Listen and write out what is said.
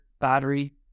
battery